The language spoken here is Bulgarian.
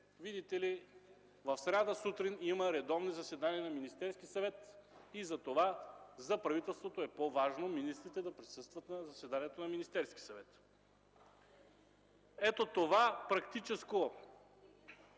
е, че в сряда сутрин има редовни заседания на Министерския съвет и затова за правителството е по-важно министрите да присъстват на заседанието на Министерския съвет. Ето това практическо